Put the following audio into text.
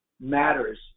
matters